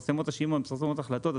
מתפרם השימוע ומתפרסמות ההחלטות.